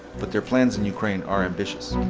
but their plans in ukraine are ambitious.